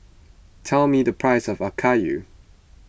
tell me the price of Okayu